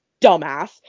dumbass